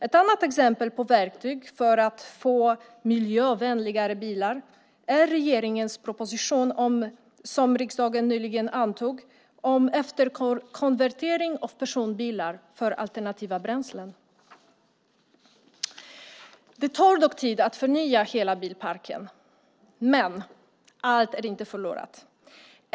Ett annat exempel på verktyg för att få miljövänligare bilar är regeringens proposition, som riksdagen nyligen antog, om efterkonvertering av personbilar för alternativa bränslen. Det tar tid att förnya hela bilparken, men allt är inte förlorat.